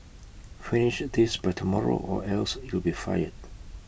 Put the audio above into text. finish this by tomorrow or else you'll be fired